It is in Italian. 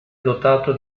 dotato